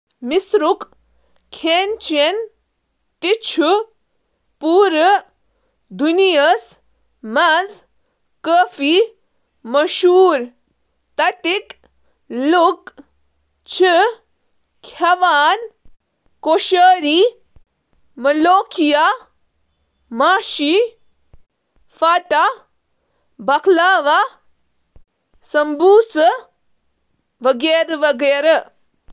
Main course. مصری کھٮ۪نَن ہٕنٛز خصوٗصیت چھِ یِتھ کٔنۍ زَن پوٗرٕ میڈم، میشڈ فاوا پھلیہٕ۔ کوشری، دالہٕ، توٚمُل، پاستا تہٕ باقی اجزاہن ہُنٛد مرکب۔ مولوکھیا، ژٔٹِتھ تہٕ رنِتھ جوٹ پنہٕ لہسن تہٕ دھنیا چٹنہٕ سۭتۍ۔ تہٕ فیٹیر میشلیٹ۔